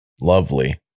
Lovely